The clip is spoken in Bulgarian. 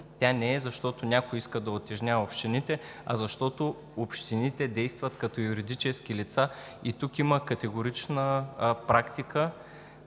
Тя не е, защото някой иска да утежнява общините, а защото общините действат като юридически лица – тук има категорична съдебна